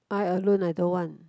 I alone I don't want